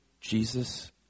Jesus